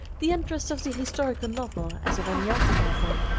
the interest of the historical novel, as of any other novel,